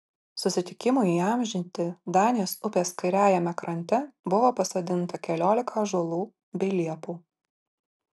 susitikimui įamžinti danės upės kairiajame krante buvo pasodinta keliolika ąžuolų bei liepų